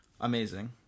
Amazing